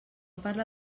parla